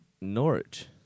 Norwich